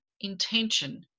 intention